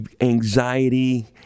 anxiety